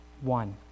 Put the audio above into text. one